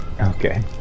Okay